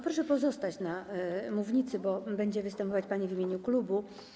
Proszę pozostać na mównicy, bo będzie pani występować w imieniu klubu.